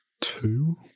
two